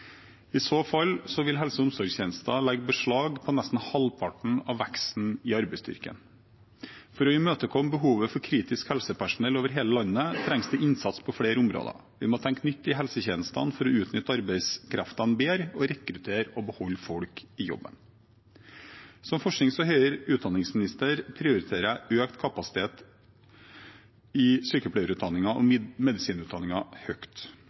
I så fall vil helse og omsorgstjenester legge beslag på nesten halvparten av veksten i arbeidsstyrken. For å imøtekomme behovet for kritisk helsepersonell over hele landet trengs det innsats på flere områder. Vi må tenke nytt i helsetjenestene for å utnytte arbeidskreftene bedre og rekruttere og beholde folk i jobben. Som forsknings og høyere utdanningsminister prioriterer jeg økt kapasitet i sykepleierutdanningen og